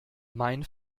mein